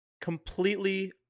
completely